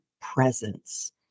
presence